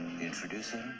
introducing